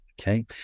okay